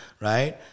right